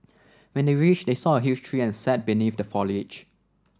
when they reached they saw a huge tree and sat beneath the foliage